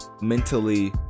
mentally